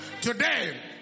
Today